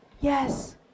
Yes